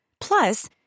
Plus